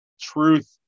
truth